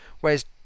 whereas